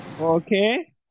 Okay